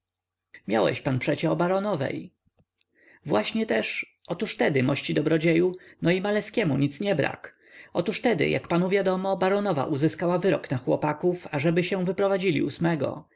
miałeś pan przecie o baronowej właśnie też otóż tedy mości dobrodzieju no i maleskiemu nic nie brak otóż tedy jak panu wiadomo baronowa uzyskała wyrok na chłopaków ażeby się wyprowadzili ósmego